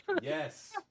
Yes